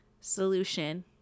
solution